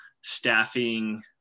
staffing